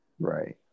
Right